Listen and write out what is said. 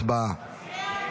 הצבעה.